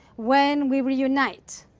when we reunite.